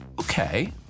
Okay